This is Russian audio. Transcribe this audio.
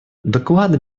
доклад